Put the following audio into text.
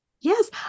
Yes